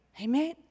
Amen